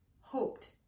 hoped